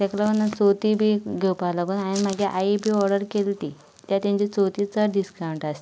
तेका लागो चवती बी घेवपा लागो हांयें मागी आई बी ऑर्डर केली तीं किद्या तेंचे चवती चड डिसकावंट आसता